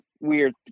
weird